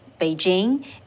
Beijing